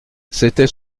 c’était